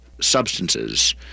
substances